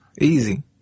Easy